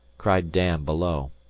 cried dan below.